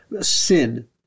sin